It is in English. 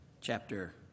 Chapter